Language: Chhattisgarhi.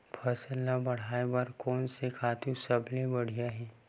फसल ला बढ़ाए बर कोन से खातु सबले बढ़िया हे?